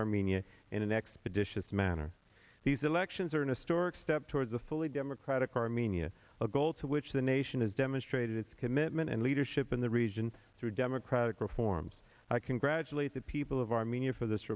armenia in an expeditious manner these elections are in a stork step towards a fully democratic armenia a goal to which the nation has demonstrated its commitment and leadership in the region through democratic reforms i congratulate the people of armenia for this